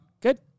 good